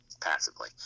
Passively